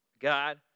God